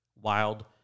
Wild